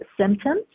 symptoms